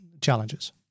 challenges